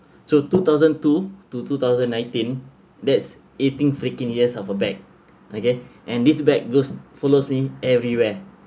so two thousand two to two thousand nineteen that's eighteen freaking years of a bag okay and this bag goes follows me everywhere